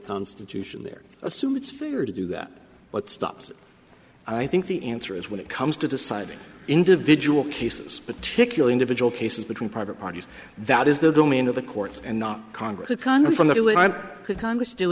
constitution there assume it's fair to do that but stopped i think the answer is when it comes to deciding individual cases particular individual cases between private parties that is the domain of the courts and not congress or congress